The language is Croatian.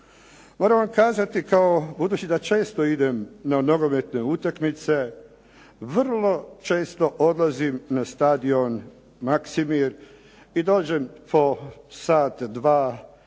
Moram vam kazati da kao, budući da često idem na nogometne utakmice, vrlo često odlazim na stadion Maksimir i dođem po sat, dva